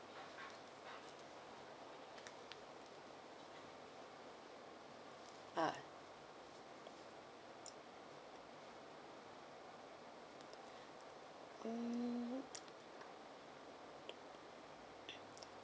uh mm